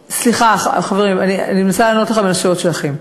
סליחה, חברים, אני מנסה לענות לכם על השאלות שלכם.